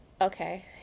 Okay